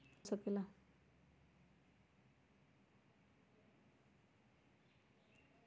गहना से भी लोने मिल सकेला?